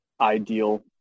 ideal